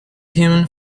hewn